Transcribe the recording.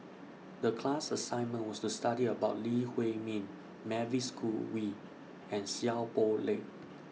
The class assignment was to study about Lee Huei Min Mavis Khoo Oei and Seow Poh Leng